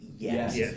Yes